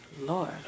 Lord